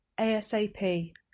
ASAP